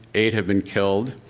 eight had been killed.